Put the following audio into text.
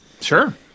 Sure